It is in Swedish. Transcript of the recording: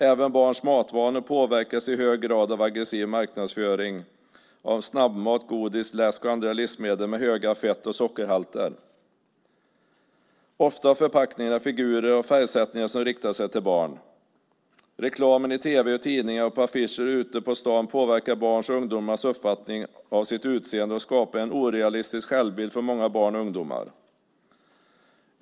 Även barns matvanor påverkas i hög grad av aggressiv marknadsföring av snabbmat, godis, läsk och andra livsmedel med höga fett och sockerhalter. Ofta har förpackningarna figurer och färgsättningar som riktar sig till barn. Reklamen i tv, i tidningar och på affischer ute på staden påverkar barns och ungdomars uppfattning av sitt utseende och skapar en orealistisk självbild för många barn och ungdomar.